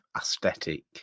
aesthetic